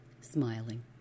smiling